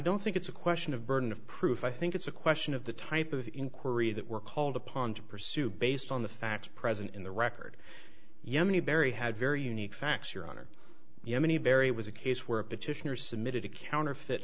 don't think it's a question of burden of proof i think it's a question of the type of inquiry that we're called upon to pursue based on the facts present in the record yemeni berry had very unique facts your honor yemeni very was a case where petitioner submitted a counterfeit